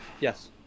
Yes